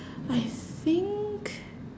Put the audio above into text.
I think